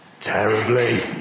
terribly